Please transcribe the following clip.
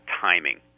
timing